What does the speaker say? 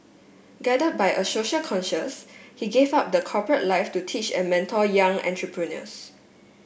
guided by a social conscience he gave up the corporate life to teach and mentor young entrepreneurs